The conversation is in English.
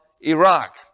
Iraq